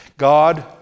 God